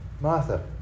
Martha